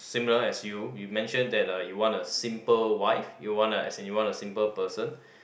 similar as you you mention that uh you want a simple wife you want a as you want a simple person